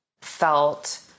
felt